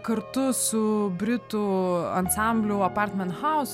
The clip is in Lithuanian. kartu su britų ansambliu apartment haus